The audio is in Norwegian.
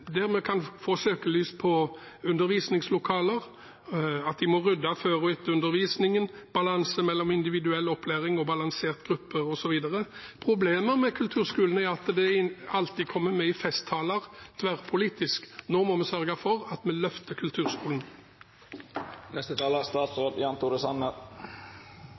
kan få satt søkelyset på undervisningslokaler, at de må rydde før og etter undervisningen, balanse mellom individuell opplæring og gruppeundervisning. Problemet med kulturskolen er at den alltid kommer med i festtaler, tverrpolitisk. Nå må vi sørge for at vi løfter kulturskolen.